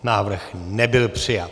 Návrh nebyl přijat.